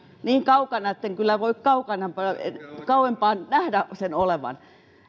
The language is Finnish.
niin kaukana etten kyllä voi kauempana nähdä niiden olevan